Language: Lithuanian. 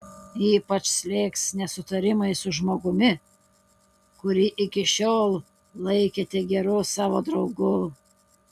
ypač slėgs nesutarimai su žmogumi kurį iki šiol laikėte geru savo draugu